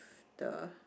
the